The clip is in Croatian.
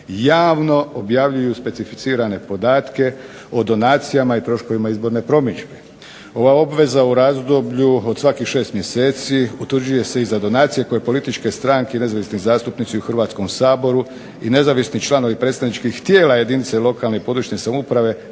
javno objavljuju specificirane podatke o donacijama i troškovima izborne promidžbe. Ova obveza o razdoblju od svakih šest mjeseci utvrđuje se i za donacije koje političke stranke i nezavisni zastupnici u Hrvatskom saboru i nezavisni članovi predstavničkih tijela jedinice lokalne i područne samouprave